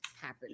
happen